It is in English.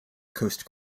coast